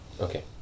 Okay